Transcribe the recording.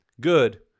good